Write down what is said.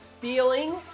feeling